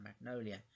Magnolia